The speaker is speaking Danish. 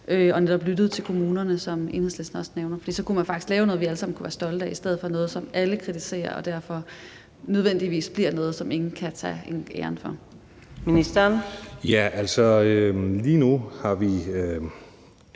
og netop lyttede til kommunerne, som Enhedslisten også nævner? For så kunne man faktisk lave noget, vi alle sammen kunne være stolte af, i stedet for noget, som alle kritiserer, og som derfor nødvendigvis bliver noget, som ingen kan tage æren for. Kl. 17:35 Fjerde næstformand (Karina